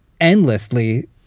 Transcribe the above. endlessly